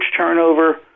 turnover